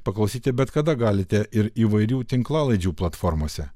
paklausyti bet kada galite ir įvairių tinklalaidžių platformose